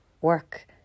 work